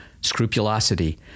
scrupulosity